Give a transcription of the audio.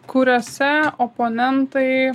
kuriose oponentai